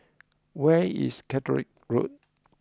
where is Caterick Road